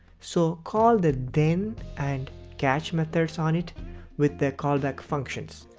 so call the then and catch methods on it with the callback functions.